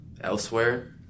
elsewhere